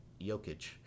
Jokic